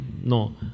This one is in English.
No